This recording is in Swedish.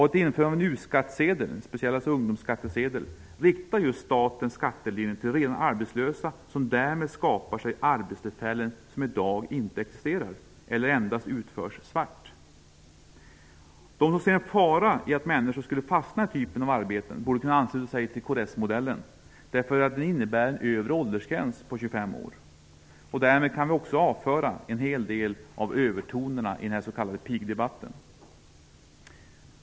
Ett införande av en u-skattesedel, alltså en speciell ungdomsskattesedel, riktar statens skattelindring till redan arbetslösa, som därmed skapar sig arbeten som i dag inte existerar eller endast utförs svart. De som ser en fara i att människor skulle fastna i den här typen av arbeten borde kunna ansluta sig till kds-modellen, eftersom den innebär en övre gräns på 25 år. Därmed kan vi också avföra en hel del av övertonerna i den s.k. pigdebatten.